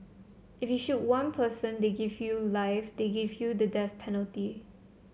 if you shoot one person they give you life they give you the death penalty